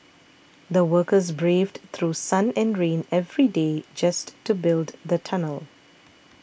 the workers braved through sun and rain every day just to build the tunnel